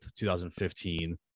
2015